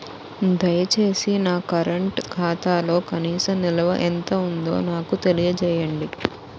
దయచేసి నా కరెంట్ ఖాతాలో కనీస నిల్వ ఎంత ఉందో నాకు తెలియజేయండి